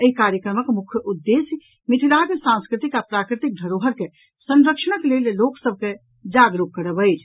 एहि कार्यक्रमक मुख्य उद्देश्य मिथिलाक सांस्कृतिक आ प्राकृतिक धरोहर के संरक्षणक लेल लोक सभ के जागरूक करब अछि